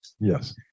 Yes